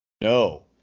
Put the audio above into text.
No